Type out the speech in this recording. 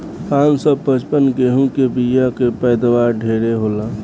पान सौ पचपन गेंहू के बिया के पैदावार ढेरे होला